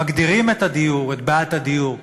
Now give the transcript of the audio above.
מגדירים את הדיור, את בעיית הדיור,